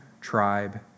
tribe